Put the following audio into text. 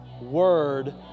word